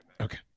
Okay